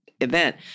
event